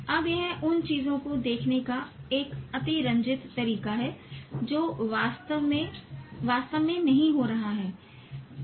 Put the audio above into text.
अब यह उन चीजों को देखने का एक अतिरंजित तरीका है जो वास्तव में वास्तव में नहीं हो रहा है